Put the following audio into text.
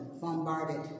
bombarded